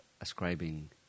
ascribing